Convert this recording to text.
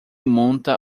monta